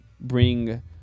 bring